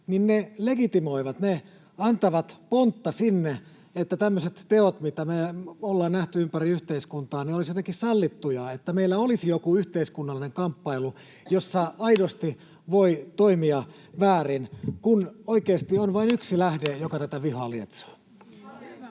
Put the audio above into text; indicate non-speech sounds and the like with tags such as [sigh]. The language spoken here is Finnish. kuunneltu, legitimoivat. Ne antavat pontta sille, että tämmöiset teot, mitä me ollaan nähty ympäri yhteiskuntaa, olisivat jotenkin sallittuja ja että meillä olisi joku yhteiskunnallinen kamppailu, jossa aidosti [noise] voi toimia väärin, kun oikeasti on vain yksi lähde, joka tätä vihaa lietsoo.